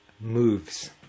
Moves